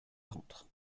entre